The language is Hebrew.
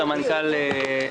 סמנכ"ל במשרד.